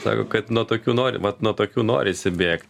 sako kad nuo tokių nori bet nuo tokių norisi bėgti